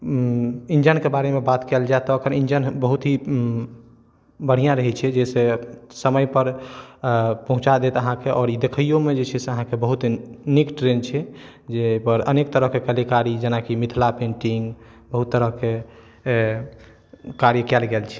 इन्जनके बारेमे बात कयल जाइ तऽ एकर इन्जन बहुत ही बढ़िऑं रहै छै जेहिसँ समय पर पहुँचा दैत अहाँके आओर ई देखयमे जे छै से अहाँके बहुत नीक ट्रेन छै जे एहि पर अनेक तरहके कलाकारी जेनाकि मिथिला पैन्टिंग बहुत तरहके कार्य कयल गेल छै